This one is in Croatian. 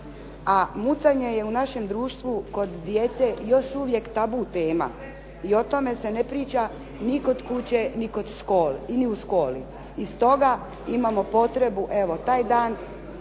a mucanje je u našem društvu kod djece još uvijek tabu tema i o tome se ne priča ni kod kuće ni u školi i stoga imamo potrebu evo taj dan